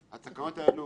התקנות האלה